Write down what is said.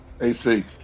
AC